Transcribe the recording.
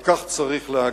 על כך צריך להגיד: